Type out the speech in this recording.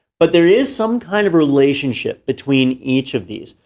but there is some kind of a relationship between each of these.